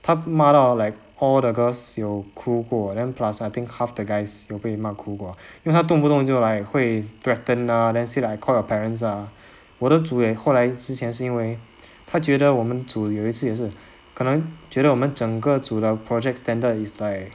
他骂到 like all the girls 有哭过 then plus I think half the guys 有被骂哭过因为他动不动就 like 会 threatened ah then said I call your parents ah 我的组也后来之前是因为他觉得我们组有一次也是可能觉得我们整个组的 project standard is like